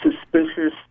suspicious